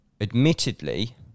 admittedly